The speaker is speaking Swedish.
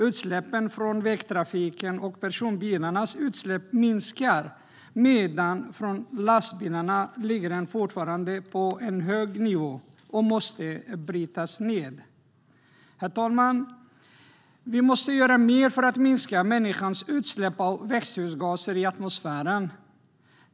Utsläppen från vägtrafiken och personbilarnas utsläpp minskar, medan utsläpp från lastbilar fortfarande ligger på hög nivå och måste minska. Herr talman! Vi måste göra mer för att minska människans utsläpp av växthusgaser i atmosfären.